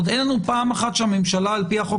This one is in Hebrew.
עוד אין לנו פעם אחת שהממשלה על פי החוק